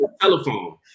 telephone